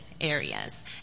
Areas